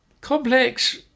complex